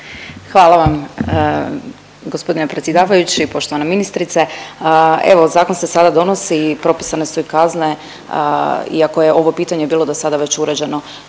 Hvala vam gospodine predsjedavajući, poštovana ministrice. Evo zakon se sada donosi, propisane su i kazne iako je ovo pitanje bilo do sada već uređeno